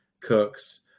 Cooks